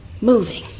moving